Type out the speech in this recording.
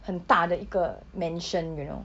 很大的一个 mansion you know